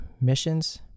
missions